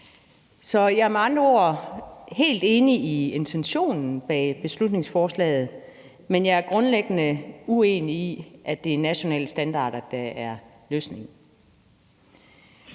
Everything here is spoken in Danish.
Så jeg er med andre ord helt enig i intentionerne bag beslutningsforslaget, men jeg er grundlæggende uenig i, at det er nationale standarder, der er løsningen.